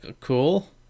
Cool